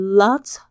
lots